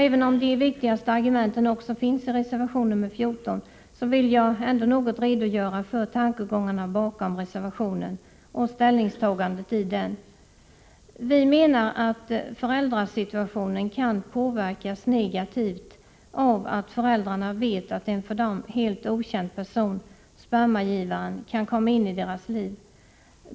Även om de viktigaste argumenten finns angivna i reservation nr 14 vill jag något redogöra för tankegångarna bakom reservationen och ställningstagandet i denna. Vi menar att föräldrasituationen kan påverkas negativt av att föräldrarna vet att en för dem helt okänd person, spermagivaren, kan komma in i deras liv.